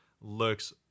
Looks